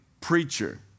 preacher